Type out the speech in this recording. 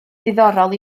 diddorol